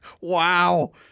Wow